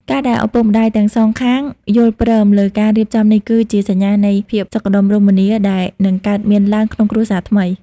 ការដែលឪពុកម្ដាយទាំងសងខាងយល់ព្រមលើការរៀបចំនេះ គឺជាសញ្ញានៃ "ភាពសុខដុមរមនា" ដែលនឹងកើតមានឡើងក្នុងគ្រួសារថ្មី។